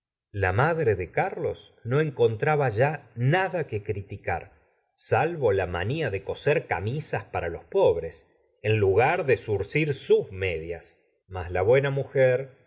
la madre de carlos no encontraba ya nada que criticar salvo la mania de coser camisas para los pobres en lugar de zurcir sus medias mas a buena mujer